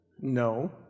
No